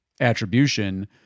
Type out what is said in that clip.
attribution